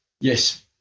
Yes